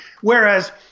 Whereas